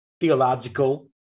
theological